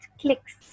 clicks